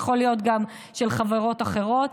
יכול להיות גם של חברות אחרות,